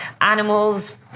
animals